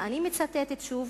ואני מצטטת שוב: